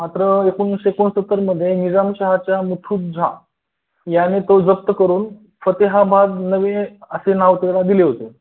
मात्र एकोणीसशे एकोणसत्तरमध्ये निजामशहाच्या मुथूत झा याने तो जप्त करून फतेहा बाग नवे असे नाव त्याला दिले होते